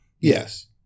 Yes